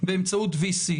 באמצעות VC,